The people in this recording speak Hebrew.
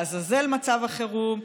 לעזאזל מצב החירום,